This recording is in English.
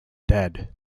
dead